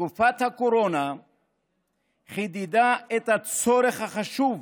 תקופת הקורונה חידדה את הצורך החשוב